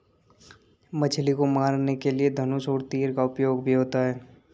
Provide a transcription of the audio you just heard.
मछली को मारने के लिए धनुष और तीर का उपयोग भी होता है